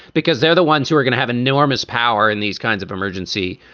because they're the ones who are going to have a new irma's power in these kinds of emergency